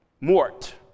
Mort